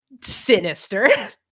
sinister